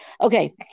Okay